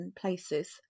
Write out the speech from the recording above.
places